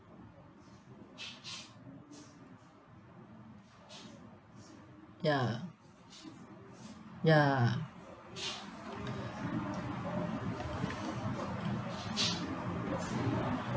ya ya